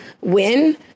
win